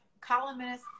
columnist